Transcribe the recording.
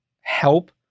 help